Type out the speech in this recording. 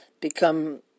become